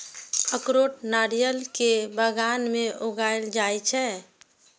अखरोट नारियल के बगान मे उगाएल जाइ छै